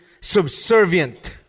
subservient